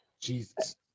Jesus